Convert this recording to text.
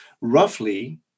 Roughly